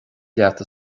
leat